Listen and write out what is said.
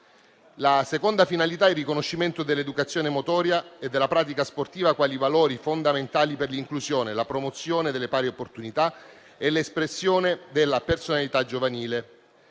La seconda finalità è il riconoscimento dell'educazione motoria e della pratica sportiva quali valori fondamentali per l'inclusione, la promozione delle pari opportunità e l'espressione della personalità giovanile.